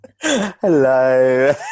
Hello